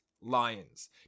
Lions